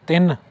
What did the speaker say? ਤਿੰਨ